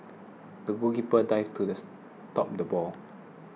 the goalkeeper dived to stop the ball